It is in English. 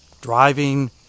driving